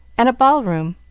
and a ball-room.